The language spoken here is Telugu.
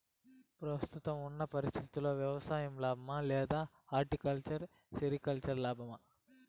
ప్రస్తుతం ఉన్న పరిస్థితుల్లో వ్యవసాయం లాభమా? లేదా హార్టికల్చర్, సెరికల్చర్ లాభమా?